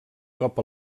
cop